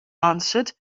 answered